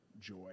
joy